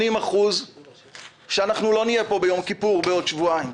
80% שלא נהיה פה ביום כיפור בעוד שבועיים.